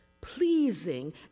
pleasing